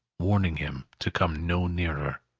warning him to come no nearer.